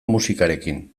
musikarekin